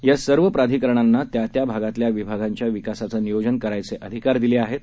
यासर्वप्राधिकरणांनात्यात्याभागातल्याविभागांच्याविकासाचंनियोजनकरण्याचेअधिकारदिलेलेआहेत